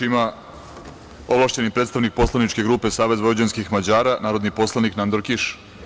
Reč ima ovlašćeni predstavnik poslaničke grupe Savez vojvođanskih Mađara, narodni poslanik Nandor Kiš.